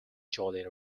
joli